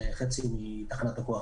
חצי מתחנת הכוח